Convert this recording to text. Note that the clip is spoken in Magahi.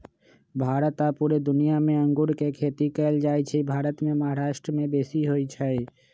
भारत आऽ पुरे दुनियाँ मे अङगुर के खेती कएल जाइ छइ भारत मे महाराष्ट्र में बेशी होई छै